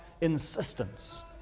insistence